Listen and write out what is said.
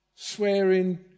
swearing